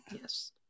yes